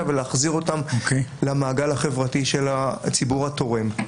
ולהחזיר אותם למעגל החברתי של הציבור התורם.